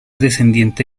descendiente